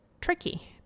tricky